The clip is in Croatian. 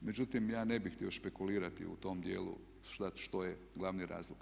Međutim, ja ne bih htio špekulirati u tom dijelu sad što je glavni razlog.